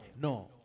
No